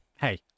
hey